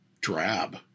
drab